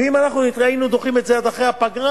ואם אנחנו היינו דוחים את זה עד אחרי הפגרה,